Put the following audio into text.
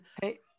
hey